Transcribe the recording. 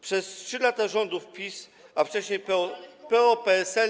Przez 3 lata rządów PiS, a wcześniej PO-PSL.